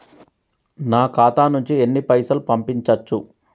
నా ఖాతా నుంచి ఎన్ని పైసలు పంపించచ్చు?